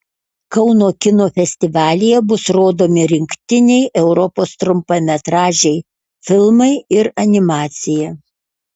kauno kino festivalyje bus rodomi rinktiniai europos trumpametražiai filmai ir animacija